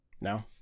No